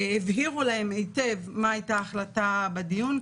הבהירו להם היטב מה הייתה ההחלטה בדיון,